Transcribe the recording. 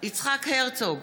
יצחק הרצוג,